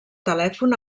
telèfon